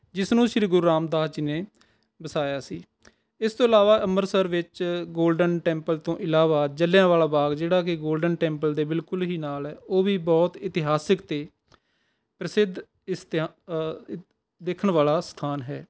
ਜਿਸ ਨੂੰ ਸ਼੍ਰੀ ਗੁਰੂ ਰਾਮਦਾਸ ਜੀ ਨੇ ਵਸਾਇਆ ਸੀ ਇਸ ਤੋਂ ਇਲਾਵਾ ਅੰਮ੍ਰਿਤਸਰ ਵਿੱਚ ਗੋਲਡਨ ਟੈਂਪਲ ਤੋਂ ਇਲਾਵਾ ਜਲਿਆਂਵਾਲਾ ਬਾਗ ਜਿਹੜਾ ਕਿ ਗੋਲਡਨ ਟੈਂਪਲ ਦੇ ਬਿਲਕੁਲ ਹੀ ਨਾਲ਼ ਹੈ ਉਹ ਵੀ ਬਹੁਤ ਇਤਿਹਾਸਕ ਅਤੇ ਪ੍ਰਸਿੱਧ ਇਸਤਿਆ ਦੇਖਣ ਵਾਲਾ ਸਥਾਨ ਹੈ